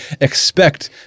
expect